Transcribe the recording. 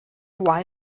why